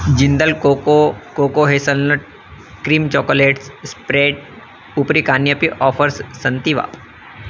Jindal cocoa cocoa hazelnut cream chocolates spread उपरि कान्यपि offers सन्ति वा